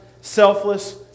selfless